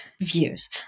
views